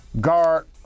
guard